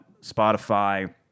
spotify